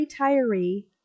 retiree